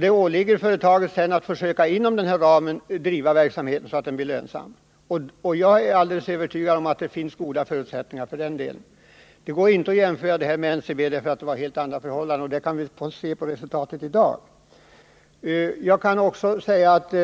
Det åligger sedan företagen att inom denna ram försöka bedriva verksamheten så att den blir lönsam, och jag är övertygad om att det finns goda förutsättningar i den delen. Det går inte att jämföra det här med NCB, för det var helt andra förhållanden — det kan vi se på resultatet i dag. Jag kan också säga att